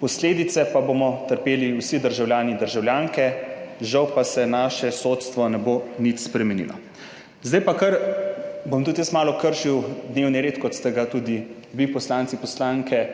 Posledice pa bomo trpeli vsi državljani in državljanke. Žal pa se naše sodstvo ne bo nič spremenilo. Zdaj pa bom tudi jaz malo kršil dnevni red, kot ste ga vi, poslanci in poslanke,